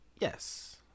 Yes